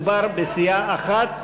מדובר בסיעה אחת.